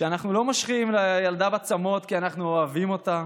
שאנחנו לא מושכים לילדה בצמות כי אנחנו אוהבים אותה,